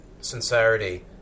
sincerity